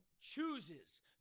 chooses